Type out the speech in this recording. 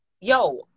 Yo